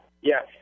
Yes